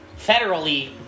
federally